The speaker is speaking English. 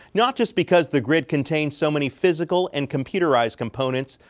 not just because the grid contains so many physical and computerized components,